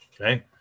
okay